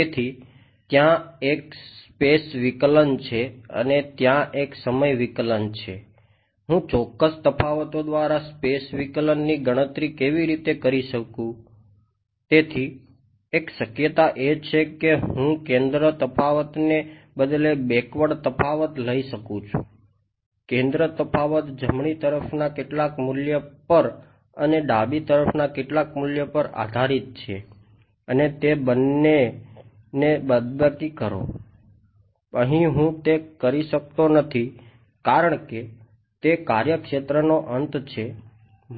તેથી ત્યાં એક સ્પેસ લઈ શકું છું કેન્દ્ર તફાવત જમણી તરફના કેટલાક મૂલ્ય પર અને ડાબી તરફના કેટલાક મૂલ્ય પર આધારિત છે અને તે બંને ને બાદબાકી કરો અહીં હું તે કરી શકતો નથી કારણ કે તે કાર્યક્ષેત્ર નો અંત છે